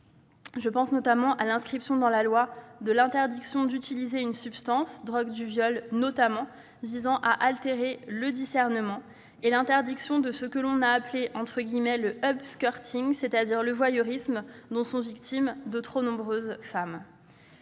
Je pense notamment à l'inscription dans la loi de l'interdiction d'utiliser une substance, drogue du viol notamment, visant à altérer le discernement et de l'interdiction de ce que l'on a appelé le, en d'autres termes le voyeurisme, dont sont victimes de trop nombreuses femmes.